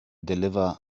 deliver